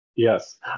Yes